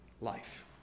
life